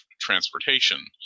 transportation